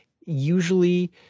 Usually